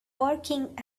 working